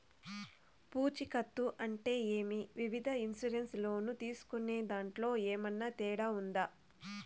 పూచికత్తు అంటే ఏమి? వివిధ ఇన్సూరెన్సు లోను తీసుకునేదాంట్లో ఏమన్నా తేడా ఉందా?